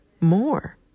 more